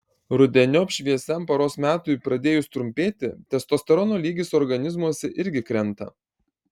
rudeniop šviesiam paros metui pradėjus trumpėti testosterono lygis organizmuose irgi krenta